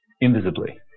invisibly